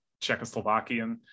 Czechoslovakian